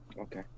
Okay